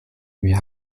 wir